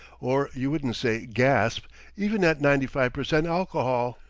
or you wouldn't say gasp even at ninety five percent alcohol.